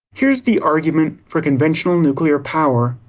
here's the argument for conventional nuclear power,